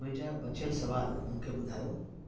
मुंहिंजा बचियल सवाल मूंखे ॿुधायो